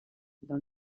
dans